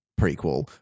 prequel